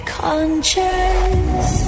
conscious